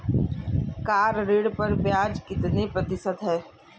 Car ऋण पर ब्याज कितने प्रतिशत है?